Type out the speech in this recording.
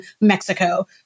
Mexico